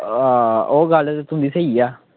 हां ओह् गल्ल ते तुं'दी स्हेई ऐ